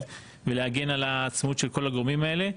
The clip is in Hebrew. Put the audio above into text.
ולהגן על העצמאות של כל הגורמים האלה.